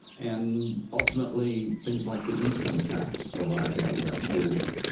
and ultimately things like the income tax arise out of that period.